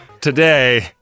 today